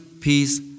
peace